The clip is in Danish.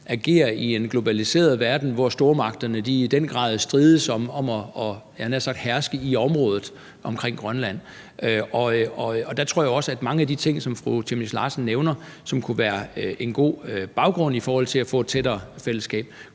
agere i en globaliseret verden, hvor stormagterne i den grad strides om at, jeg havde nær sagt herske i området omkring Grønland. Og der tror jeg også, at mange af de ting, som fru Aaja Chemnitz Larsen nævner, som kunne være en god baggrund i forhold til at få et tættere fællesskab,